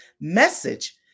message